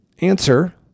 Answer